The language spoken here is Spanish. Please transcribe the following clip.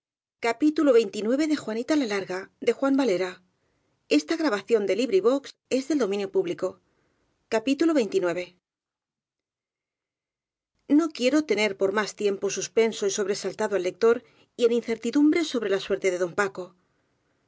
de la alcoba diciendo amanecerá dios y medraremos no quiero tener por más tiempo suspenso y so bresaltado al lector y en incertidumbre sobre la suerte de don paco